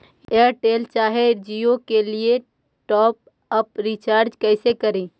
Airtel चाहे जियो के लिए टॉप अप रिचार्ज़ कैसे करी?